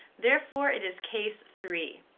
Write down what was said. therefore it is case three,